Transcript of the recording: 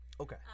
Okay